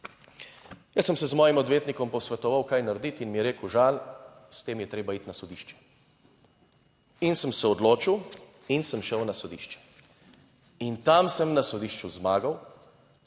Jaz sem se z mojim odvetnikom posvetoval, kaj narediti, in mi je rekel: "Žan, s tem je treba iti na sodišče." - in sem se odločil in sem šel na sodišče. In tam sem na sodišču zmagal,